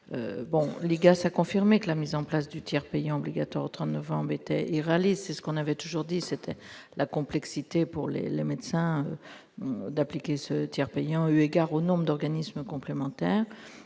L'IGAS a confirmé que la mise en place du tiers payant obligatoire au 30 novembre 2017 était « irréaliste ». Pour notre part, nous avons toujours souligné la complexité, pour les médecins, d'appliquer ce tiers payant, eu égard au nombre d'organismes complémentaires.